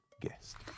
guest